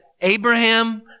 Abraham